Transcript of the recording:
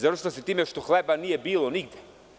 Završila se time što hleba nije bilo negde.